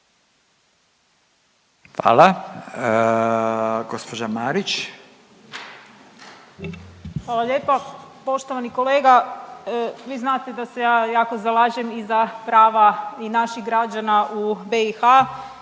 **Marić, Andreja (SDP)** Hvala lijepa poštovani kolega. Vi znate da se ja jako zalažem i za prava i naših građana u BiH